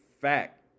fact